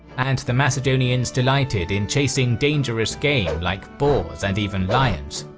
and the macedonians delighted in chasing dangerous game like boars, and even lions.